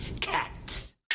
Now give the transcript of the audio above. cats